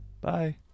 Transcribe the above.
Bye